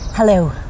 Hello